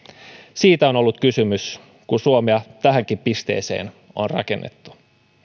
siitä on ollut kysymys kun suomea tähänkin pisteeseen on rakennettu